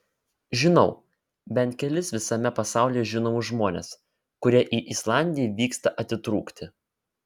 žinau bent kelis visame pasaulyje žinomus žmones kurie į islandiją vyksta atitrūkti